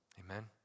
Amen